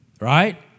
right